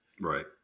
Right